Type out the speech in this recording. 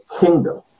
kingdom